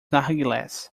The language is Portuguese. narguilés